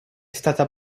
stata